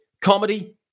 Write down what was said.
comedy